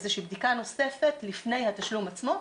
איזושהי בדיקה נוספת לפני התשלום עצמו,